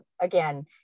again